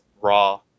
raw